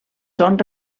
són